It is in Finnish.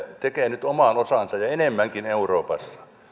tekee nyt oman osansa ja enemmänkin euroopassa